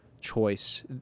choice